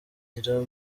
abaza